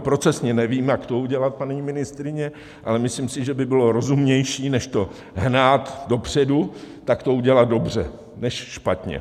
Procesně nevím, jak to udělat, paní ministryně, ale myslím si, že by bylo rozumnější, než to hnát dopředu, to udělat dobře než špatně.